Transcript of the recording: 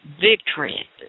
victory